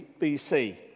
BC